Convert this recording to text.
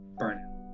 burnout